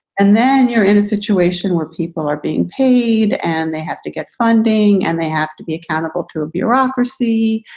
and then you're in a situation where people are being paid and they have to get funding and they have to be accountable to a bureaucracy.